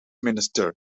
minister